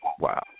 wow